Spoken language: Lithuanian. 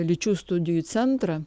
lyčių studijų centrą